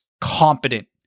competent